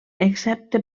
excepte